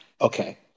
Okay